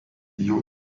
jau